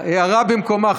הערה במקומה,